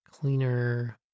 cleaner